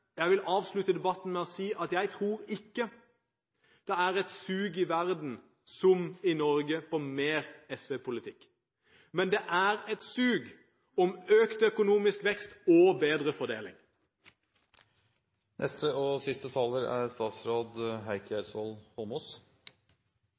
Jeg vil avslutte debatten med å si at jeg tror ikke det er et sug i verden – som i Norge – etter mer SV-politikk, men det er et sug etter økt økonomisk vekst og bedre